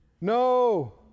No